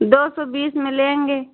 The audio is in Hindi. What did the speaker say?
दो सौ बीस में लेंगे